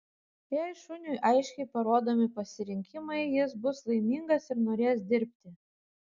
jei šuniui aiškiai parodomi pasirinkimai jis bus laimingas ir norės dirbti